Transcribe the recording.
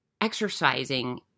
exercising